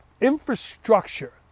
infrastructure